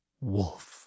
Wolf